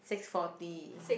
six forty